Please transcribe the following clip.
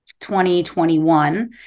2021